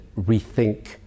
rethink